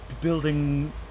building